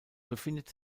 befindet